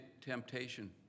temptation